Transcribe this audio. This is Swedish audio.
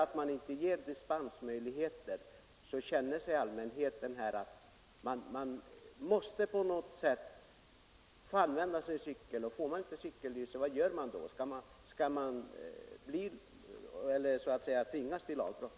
Nu ges det inga dispensmöjligheter, men bland allmänheten känner man ett behov av att få använda sin cykel. Får man inte tag på cykellyktor, vad gör man då? Skall man tvingas till lagbrott?